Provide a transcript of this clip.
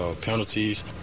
Penalties